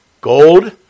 gold